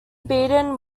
beaten